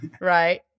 Right